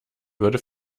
würde